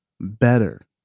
better